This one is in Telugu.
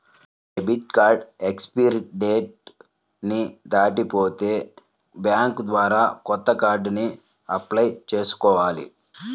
క్రెడిట్ కార్డు ఎక్స్పైరీ డేట్ ని దాటిపోతే బ్యేంకు ద్వారా కొత్త కార్డుకి అప్లై చేసుకోవాలి